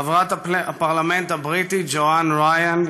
חברת הפרלמנט הבריטי ג'ואן ריאן,